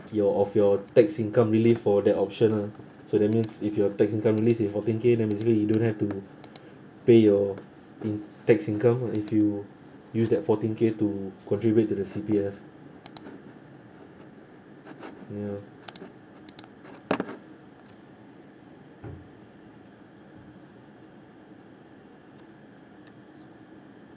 your of your tax income relief for the option lah so that means if your tax income relief is fourteen K then basically you don't have to pay your in~ tax income lah if you use that fourteen K to contribute to the C_P_F ya